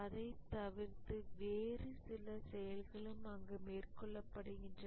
அதை தவிர்த்து வேறு சில செயல்களும் அங்கு மேற்கொள்ளப்படுகின்றன